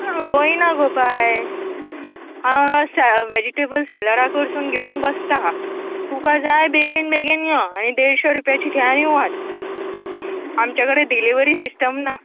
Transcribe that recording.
हांव रोयना गो बाय हांव वॅजिटेबल सॅलरा कडसून घेवून बसता तुका जाय बेगीन बेगीन यो आनी देडशें दुपयाची घे आनी वच आमच्या कडेन डिलिवरी सिस्टम ना